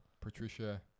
Patricia